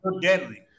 deadly